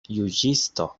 juĝisto